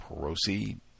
Proceed